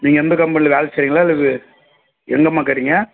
நீங்கள் எந்த கம்பெனியில் வேலை செய்கிறீங்களா அல்லது எங்கேம்மா இருக்கறீங்க